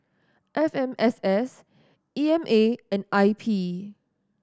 F M S S E M A and I P